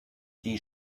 die